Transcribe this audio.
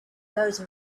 those